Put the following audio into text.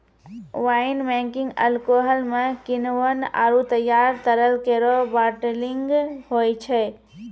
wine making alcohol म किण्वन आरु तैयार तरल केरो बाटलिंग होय छै